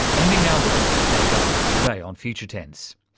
ending our look at internet governance today on future tense.